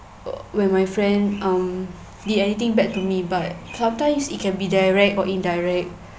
when my friend um did anything back to me but sometimes it can be direct or indirect